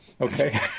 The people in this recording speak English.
Okay